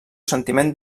sentiment